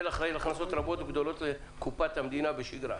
אחראית על הכנסות גדולות לקופת המדינה בשגרה.